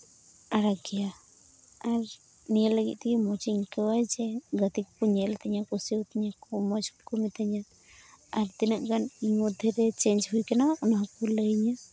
ᱟᱲᱟᱜ ᱜᱮᱭᱟ ᱟᱨ ᱱᱤᱭᱟᱹ ᱞᱟᱹᱜᱤᱫ ᱛᱮᱜᱮ ᱢᱚᱡᱤᱧ ᱟᱹᱭᱠᱟᱹᱣᱟ ᱡᱮ ᱜᱟᱛᱮ ᱠᱚᱠᱚ ᱧᱮᱞ ᱛᱤᱧᱟᱹ ᱠᱩᱥᱤᱭ ᱛᱤᱧᱟᱹ ᱠᱚ ᱢᱚᱡᱽ ᱠᱚ ᱢᱤᱛᱟᱹᱧᱟ ᱟᱨ ᱛᱤᱱᱟᱹᱜ ᱜᱟᱱ ᱤᱧ ᱢᱚᱫᱽᱫᱷᱮ ᱨᱮ ᱪᱮᱧᱡᱽ ᱦᱩᱭ ᱠᱟᱱᱟ ᱚᱱᱟ ᱦᱚᱸᱠᱚ ᱞᱟᱹᱭᱤᱧᱟ